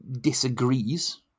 disagrees